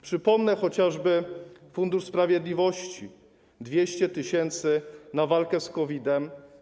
Przypomnę chociażby Fundusz Sprawiedliwości - 200 tys. na walkę z COVID-em.